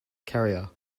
carrier